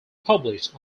published